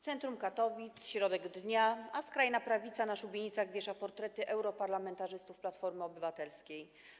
Centrum Katowic, środek dnia, a skrajna prawica na szubienicach wiesza portrety europarlamentarzystów Platformy Obywatelskiej.